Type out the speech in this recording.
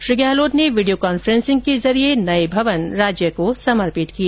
श्री गहलोत ने video conferencing के जरिये नए भवन राज्य को समर्पित किए